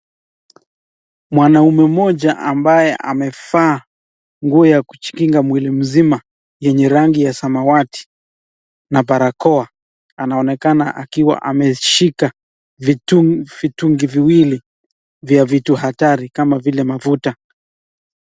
Mwanaume mmoja ambaye amevaa nguo ya kujikinga mwili mzima yenye rangi ya samawati na barakoa anaonekana akiwa ameshika vitungi viwili vya vitu hatari kama vile mafuta.